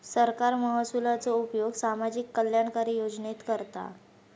सरकार महसुलाचो उपयोग सामाजिक कल्याणकारी योजनेत करता